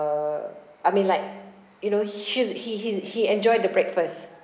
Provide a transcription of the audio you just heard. I mean like you know she's he he's he enjoyed the breakfast